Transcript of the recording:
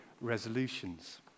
resolutions